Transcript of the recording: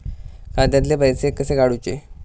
खात्यातले पैसे कसे काडूचे?